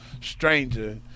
stranger